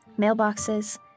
mailboxes